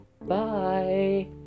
Bye